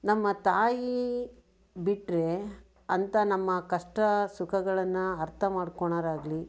ನಮ್ಮ ತಾಯಿ ಬಿಟ್ರೆ ಅಂಥ ನಮ್ಮ ಕಷ್ಟ ಸುಖಗಳನ್ನು ಅರ್ಥ ಮಾಡ್ಕೊಳ್ಳೋರಾಗ್ಲಿ